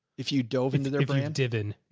if you dove into their brand, devon,